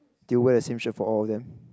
they wear the same shirt for all of them